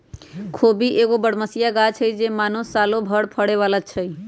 खोबि एगो बरमसिया ग़ाछ हइ माने सालो भर फरे बला हइ